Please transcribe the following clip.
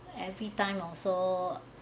every time also